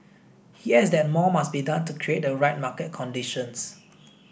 he adds that more must be done to create the right market conditions